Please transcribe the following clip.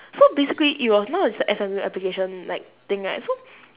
so basically it was known as the S_M_U application like thing right so